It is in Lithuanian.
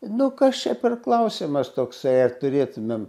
nu kas čia per klausimas toksai ar turėtumėm